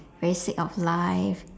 very sick of life